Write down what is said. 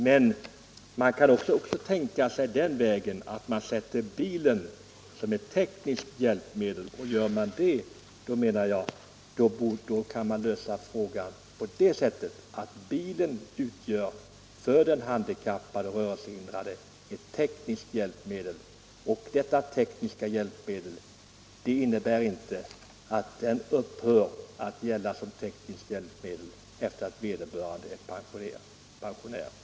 Men man kan också tänka sig att bilen betraktas som ett tekniskt hjälpmedel för den rörelsehindrade, och då bör inte rätten till befrielse från bilskatt upphöra i och med att vederbörande blir pensionerad.